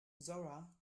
zora